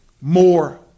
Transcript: more